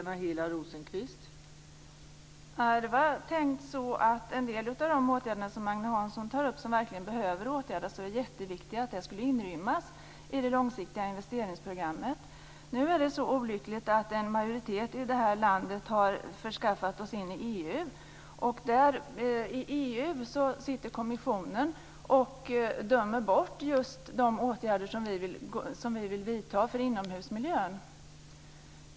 Fru talman! Det var tänkt så att en del av de åtgärder som Agne Hansson tar upp som verkligen behöver vidtas - de är jätteviktiga - skulle inrymmas i det långsiktiga investeringsprogrammet. Nu är det så olyckligt att en majoritet i det här landet har förpassat oss in i EU. I EU sitter kommissionen och dömer bort just de åtgärder som vi vill vidta för inomhusmiljön.